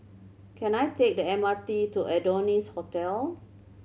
can I take the M R T to Adonis Hotel